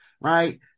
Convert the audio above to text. right